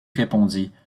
répondit